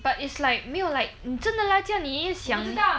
but it's like 没有 like 你真的 lah 叫你一想